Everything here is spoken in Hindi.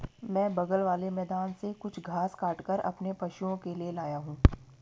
मैं बगल वाले मैदान से कुछ घास काटकर अपने पशुओं के लिए लाया हूं